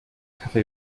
kaffee